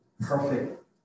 perfect